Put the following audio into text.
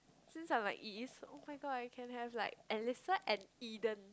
since I'm like E's oh-my-god I can have like Elisha and Eden